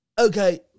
okay